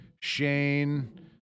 Shane